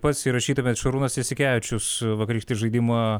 pats įrašytumėt šarūnas jasikevičius vakarykštį žaidimą